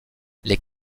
les